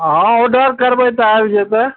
अहाँ ऑर्डर करबय तऽ आबि जेतय